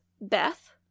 Beth